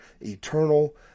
eternal